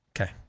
Okay